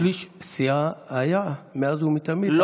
אבל שליש סיעה היה מאז ומתמיד.